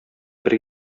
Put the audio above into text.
бер